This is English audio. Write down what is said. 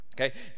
Okay